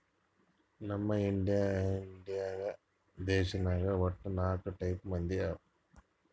ನಮ್ ಇಂಡಿಯಾ ದೇಶನಾಗ್ ವಟ್ಟ ನಾಕ್ ಟೈಪ್ ಬಂದಿ ಅವಾ